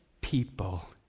people